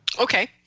Okay